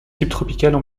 subtropicales